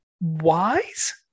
wise